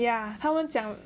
ya 他们讲